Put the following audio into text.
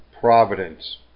Providence